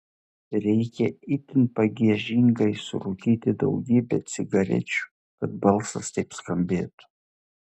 reikia itin pagiežingai surūkyti daugybę cigarečių kad balsas taip skambėtų